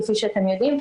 כפי שאתם יודעים,